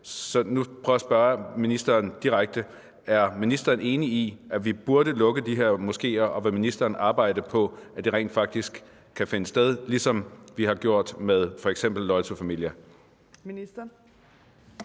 Så nu prøver jeg at spørge ministeren direkte: Er ministeren enig i, at vi burde lukke de her moskeer, og vil ministeren arbejde på, at det rent faktisk kan finde sted, ligesom vi har gjort med f.eks. Loyal to Familia? Kl.